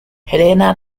helena